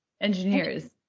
Engineers